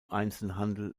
einzelhandel